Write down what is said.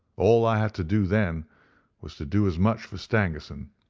all i had to do then was to do as much for stangerson,